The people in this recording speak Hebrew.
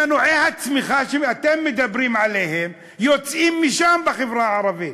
מנועי הצמיחה שאתם מדברים עליהם יוצאים משם בחברה הערבית.